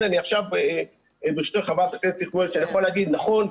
נכון,